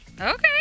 Okay